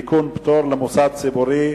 (תיקון) (פטור למוסד ציבורי),